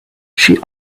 she